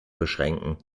beschränken